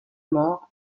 mort